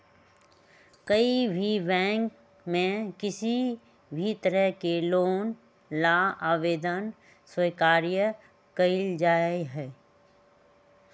कोई भी बैंक में किसी भी तरह के लोन ला आवेदन स्वीकार्य कइल जाहई